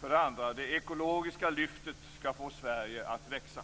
För det andra skall det ekologiska lyftet få Sverige att växa.